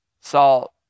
Salt